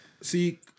See